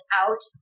out